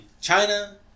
China